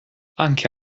anche